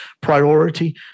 priority